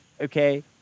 Okay